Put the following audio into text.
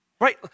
Right